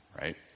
right